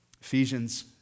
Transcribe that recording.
Ephesians